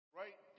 right